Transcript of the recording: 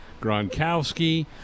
Gronkowski